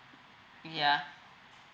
yeah